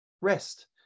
rest